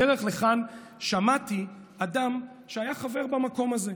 בדרך לכאן שמעתי אדם שהיה חבר במקום הזה,